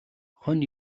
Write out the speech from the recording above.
хонь